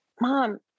mom